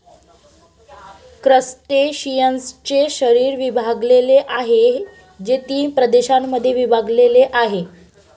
क्रस्टेशियन्सचे शरीर विभागलेले आहे, जे तीन प्रदेशांमध्ये विभागलेले आहे